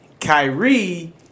Kyrie